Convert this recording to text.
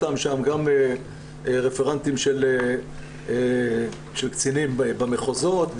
גם רפרנטים של קצינים במחוזות,